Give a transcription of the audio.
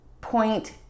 point